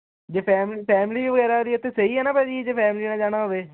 ਜੇ fam family ਵਗੈਰਾ ਦੀ ਐਥੇ ਸਹੀ ਐ ਨਾ ਭਾਅ ਜੀ ਜੇ ਫੈਮਲੀ ਨਾਲ ਜਾਣਾ ਹੋਵੇ